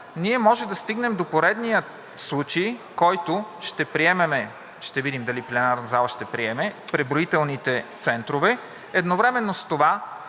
ние може да стигнем до поредния случай, който ще видим дали пленарната зала ще приеме – преброителните центрове. Едновременно с това